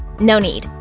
no need!